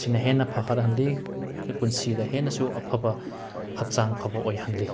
ꯁꯤꯅ ꯍꯦꯟꯅ ꯐꯒꯠꯍꯜꯂꯤ ꯑꯩꯈꯣꯏ ꯄꯨꯟꯁꯤꯗ ꯍꯦꯟꯅ ꯑꯐꯕ ꯍꯛꯆꯥꯡ ꯐꯕ ꯑꯣꯏꯍꯜꯂꯤ